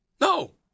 No